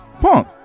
Punk